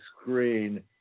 screen